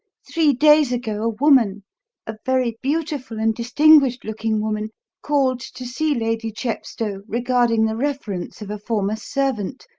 three days ago a woman a very beautiful and distinguished-looking woman called to see lady chepstow regarding the reference of a former servant,